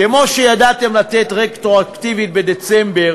כמו שידעתם לתת רטרואקטיבית בדצמבר